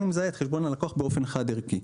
הוא מזהה את חשבון הלקוח באופן חד ערכי".